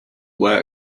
worked